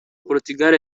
portugal